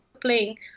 playing